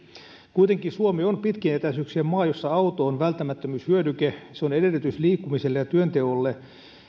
kuitenkin suomi on pitkien etäisyyksien maa jossa auto on välttämättömyyshyödyke se on edellytys liikkumiselle ja työnteolle